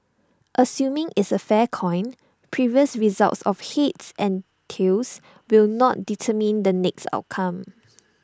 assuming it's A fair coin previous results of heads and tails will not determine the next outcome